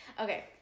Okay